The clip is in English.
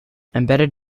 embedded